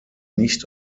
nicht